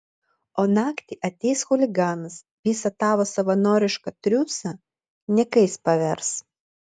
o naktį ateis chuliganas visą tavo savanorišką triūsą niekais pavers